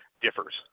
differs